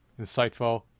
insightful